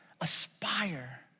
aspire